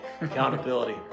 accountability